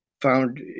found